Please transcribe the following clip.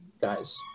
guys